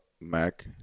Mac